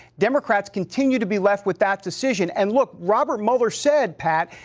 democrats continue to be left with that decision. and look, robert mueller said, pat,